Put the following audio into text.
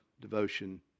devotion